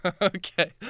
Okay